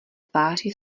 tváří